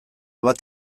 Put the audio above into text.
bat